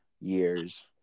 years